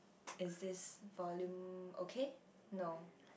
is this volume okay no